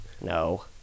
No